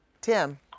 Tim